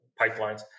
pipelines